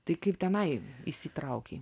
taip kaip tenai įsitraukei